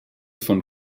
von